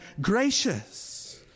gracious